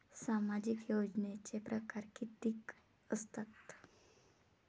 सामाजिक योजनेचे परकार कितीक असतात?